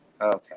Okay